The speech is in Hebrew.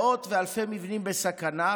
מאות ואלפי מבנים בסכנה,